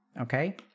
Okay